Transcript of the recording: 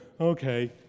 Okay